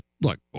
look